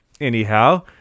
anyhow